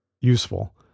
useful